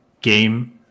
game